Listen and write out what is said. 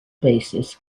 basis